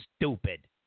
stupid